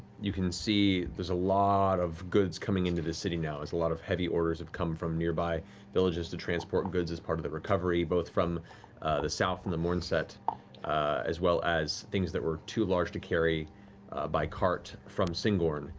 you can see there's a lot of goods coming into the city now, as a lot of heavy orders have come from nearby villages to transport goods as part of the recovery, both from the south from the mornset as well as things that were too large to carry by cart from syngorn,